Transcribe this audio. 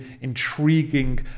intriguing